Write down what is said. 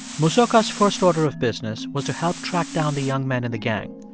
mosoka's first order of business was to help track down the young men in the gang.